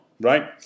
right